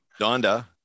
Donda